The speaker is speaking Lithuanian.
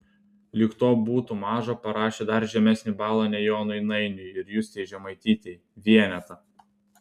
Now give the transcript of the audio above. lyg to būtų maža parašė dar žemesnį balą nei jonui nainiui ir justei žemaitytei vienetą